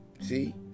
See